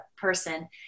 person